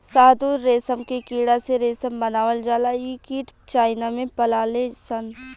शहतूत रेशम के कीड़ा से रेशम बनावल जाला इ कीट चाइना में पलाले सन